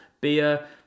beer